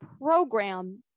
program